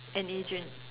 an agent